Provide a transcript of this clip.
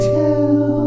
tell